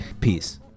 peace